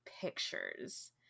pictures